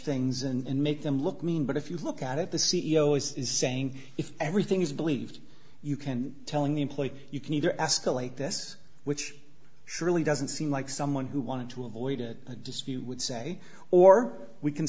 things and make them look mean but if you look at it the c e o is saying if everything is believed you can telling the employer you can either escalate this which surely doesn't seem like someone who wanted to avoid a dispute would say or we can